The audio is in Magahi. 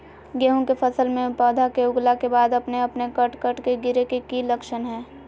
गेहूं के फसल में पौधा के उगला के बाद अपने अपने कट कट के गिरे के की लक्षण हय?